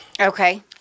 Okay